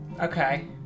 Okay